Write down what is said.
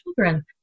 children